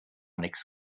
nichts